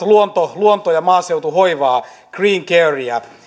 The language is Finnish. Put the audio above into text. luonto luonto ja maaseutuhoivaa green